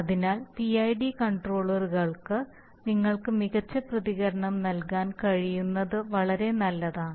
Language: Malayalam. അതിനാൽ PID കൺട്രോളറുകൾക്ക് നിങ്ങൾക്ക് മികച്ച പ്രതികരണം നൽകാൻ കഴിയുന്നത് വളരെ നല്ലതാണ്